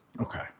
Okay